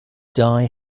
die